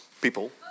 people